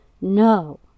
no